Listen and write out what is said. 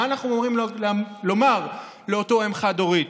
מה אנחנו אמורים לומר לאותה אם חד-הורית?